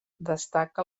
destaca